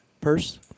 purse